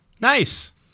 Nice